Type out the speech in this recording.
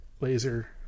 laser